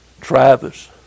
Travis